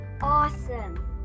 Awesome